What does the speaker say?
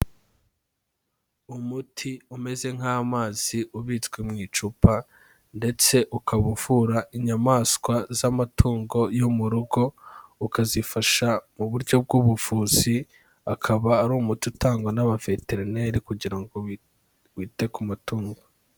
Umuti umeze nk'amazi ubitswe mu icupa ndetse ukaba uvura inyamaswa z'amatungo yo mu rugo ukazifasha mu buryo bw'ubuvuzi, akaba ari umuti utangwa n'abaveterineri kugira ngo bite ku matungo.